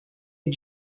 est